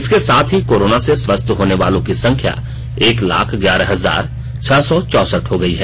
इसके साथ ही कोरोना से स्वस्थ होने वालों की संख्या एक लाख ग्यारह हजार छह सौ चौसठ हो गई है